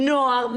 נוער,